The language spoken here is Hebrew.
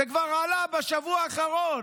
זה כבר עלה בשבוע האחרון.